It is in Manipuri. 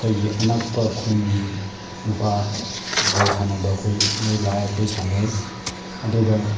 ꯑꯩꯈꯣꯏꯒꯤ ꯑꯅꯛꯄ ꯈꯨꯟꯒꯤ ꯅꯨꯄꯥ ꯕꯣꯜ ꯁꯥꯟꯅꯕꯈꯣꯏ ꯃꯣꯏ ꯂꯥꯛꯑꯦ ꯑꯩꯈꯣꯏ ꯁꯥꯟꯅꯩ ꯑꯗꯨꯒ